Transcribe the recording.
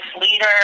leader